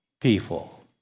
people